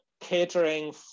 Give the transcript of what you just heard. catering